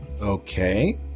okay